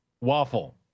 Waffle